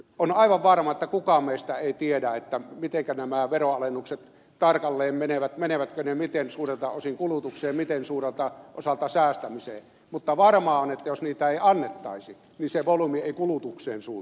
on aivan varma että kukaan meistä ei tiedä mitenkä nämä veronalennukset tarkalleen menevät menevätkö ne miten suurelta osin kulutukseen miten suurelta osalta säästämiseen mutta varmaa on että jos niitä ei annettaisi niin se volyymi ei kulutukseen suuntautuisi